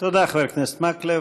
תודה, חבר הכנסת מקלב.